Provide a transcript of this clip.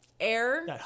air